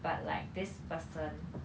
but like this person